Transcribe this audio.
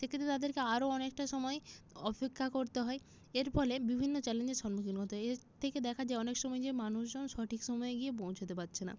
সেই ক্ষেত্রে তাদেরকে আরো অনেকটা সময় অপেক্ষা করতে হয় এর ফলে বিভিন্ন চ্যালেঞ্জের সম্মুখীন হতে হয় এর থেকে দেখা যায় অনেক সময় যে মানুষজন সঠিক সময় গিয়ে পৌঁছতে পারছে না